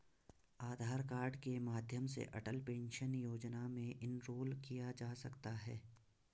आधार card के माध्यम से अटल पेंशन योजना में इनरोल किया जा सकता है